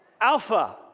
Alpha